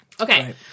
Okay